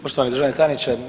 Poštovani državni tajniče.